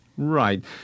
Right